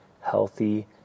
healthy